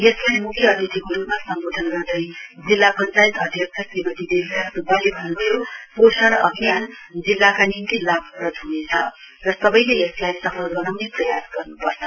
यसलाई म्ख्य अतिथिको रुपमा सम्वोधन गर्दै जिल्ला पञ्चायत अध्यक्ष श्रीमती देविका सूब्बाले भन्न्भयो पोषण अभियान जिल्लाका निम्ति लाभप्रद हनेछ र सवैले यसलाई सफल वनाउने प्रयास गर्न्पर्छ